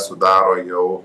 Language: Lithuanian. sudaro jau